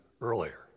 earlier